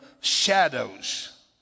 shadows